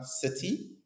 city